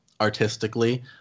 artistically